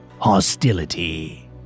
hostility